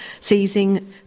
seizing